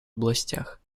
областях